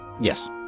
Yes